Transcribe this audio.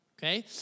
Okay